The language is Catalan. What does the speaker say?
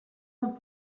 amb